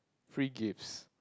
free gifts